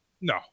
No